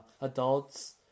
adults